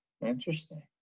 interesting